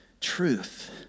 truth